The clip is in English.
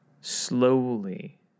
slowly